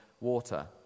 water